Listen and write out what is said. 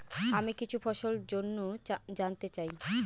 আমি কিছু ফসল জন্য জানতে চাই